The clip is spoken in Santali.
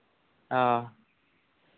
ᱚ